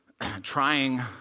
trying